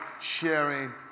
sharing